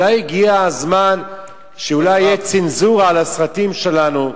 אולי הגיע הזמן שתהיה צנזורה על הסרטים שלנו,